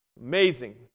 Amazing